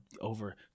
over